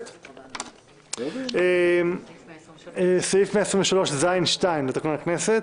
לפי סעיף 123(ז)(2) לתקנון הכנסת.